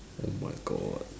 oh my god